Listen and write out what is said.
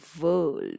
world